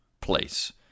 place